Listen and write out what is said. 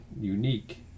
unique